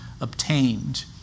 obtained